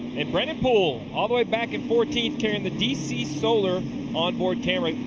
and brendan poole all the way back in fourteenth carrying the dc solar on board camera.